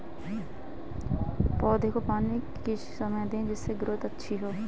पौधे को पानी किस समय दें जिससे ग्रोथ अच्छी हो?